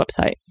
website